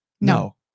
No